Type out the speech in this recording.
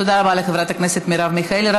תודה רבה לחברת הכנסת מרב מיכאלי.